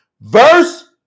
Verse